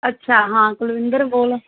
ਅੱਛਾ ਹਾਂ ਕੁਲਵਿੰਦਰ ਬੋਲ